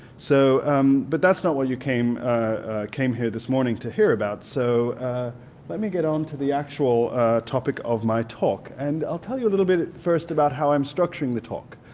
so um but that's not what you came came here this morning to hear about. so let me get on to the actual topic of my talk and i'll tell you a little bit at first about how i'm structuring the talk.